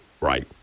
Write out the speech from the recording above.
right